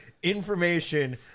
Information